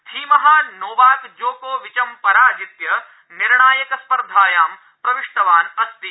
थीमः नोवाकजोकोविचं पराजित्य निर्णायक स्पर्धायां प्रविष्टवान् अस्ति